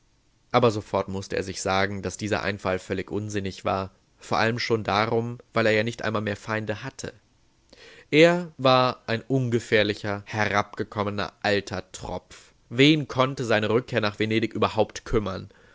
aber sofort mußte er sich sagen daß dieser einfall völlig unsinnig war vor allem schon darum weil er ja nicht einmal mehr feinde hatte er war ein ungefährlicher herabgekommener alter tropf wen konnte seine rückkehr nach venedig überhaupt kümmern